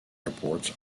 airports